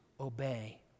obey